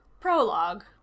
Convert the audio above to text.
Prologue